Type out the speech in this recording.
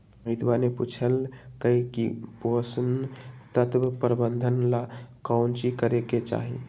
मोहितवा ने पूछल कई की पोषण तत्व प्रबंधन ला काउची करे के चाहि?